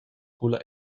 culla